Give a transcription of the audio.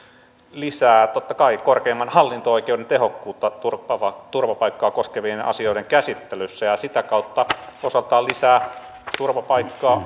lisää totta kai korkeimman hallinto oikeuden tehokkuutta turvapaikkaa turvapaikkaa koskevien asioiden käsittelyssä ja ja sitä kautta osaltaan lisää turvapaikkaa